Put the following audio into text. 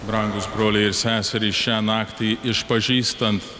brangūs broliai ir seserys šią naktį išpažįstant